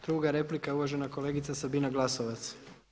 Druga replika je uvažena kolegica Sabina Glasovac.